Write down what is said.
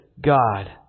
God